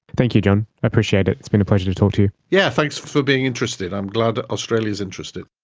thank you john, i appreciate it, it's been a pleasure to talk to you. yes, yeah thanks for being interested, i'm glad australia is interested.